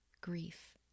grief